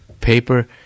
paper